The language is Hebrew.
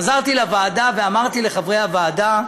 חזרתי לוועדה ואמרתי לחברי הוועדה: